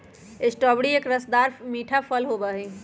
strawberry एक रसदार मीठा फल होबा हई